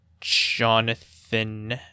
Jonathan